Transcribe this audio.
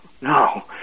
no